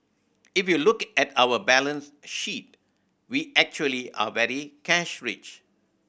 if you look at our balance sheet we actually are very cash rich